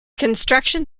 construction